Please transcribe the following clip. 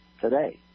today